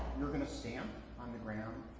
you're going to stamp on the ground,